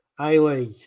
A-League